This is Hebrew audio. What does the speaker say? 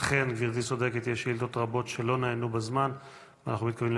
אכן, גברתי צודקת, יש שאילתות רבות שלא נענו בזמן.